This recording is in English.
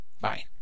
bye